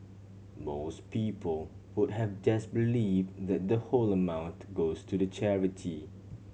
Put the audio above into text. most people would have just believe that the whole amount goes to the charity